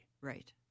right